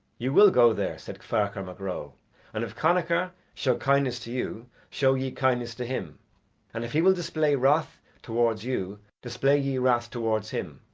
you will go there, said ferchar mac ro and if connachar show kindness to you, show ye kindness to him and if he will display wrath towards you display ye wrath towards him,